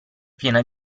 piena